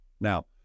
Now